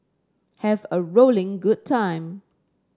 have a rolling good time